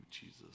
Jesus